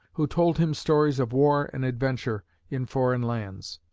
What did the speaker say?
who told him stories of war and adventure in foreign lands.